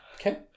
Okay